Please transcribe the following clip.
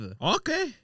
Okay